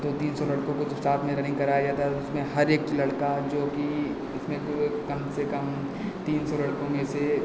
दो तीन सौ लड़कों को जब साथ में रनिंग कराया जाता है उसमें हर एक लड़का जो कि उसमें से कम से कम तीन सौ लड़कों में से